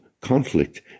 conflict